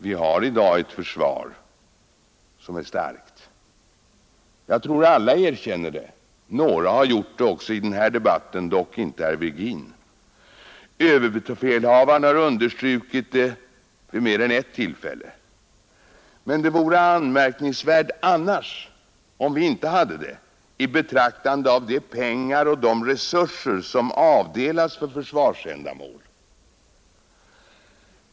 Vi har i dag ett försvar som är starkt. Jag tror alla erkänner det. Några har gjort det också i den här debatten, dock inte herr Virgin. Överbefälhavaren har understrukit det vid mer än ett tillfälle. Men det vore anmärkningsvärt om vi inte hade ett starkt försvar i betraktande av de pengar och de resurser som avdelats för försvarsändamål.